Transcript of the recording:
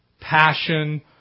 passion